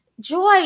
joy